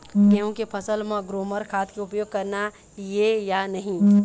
गेहूं के फसल म ग्रोमर खाद के उपयोग करना ये या नहीं?